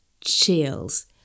chills